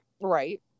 right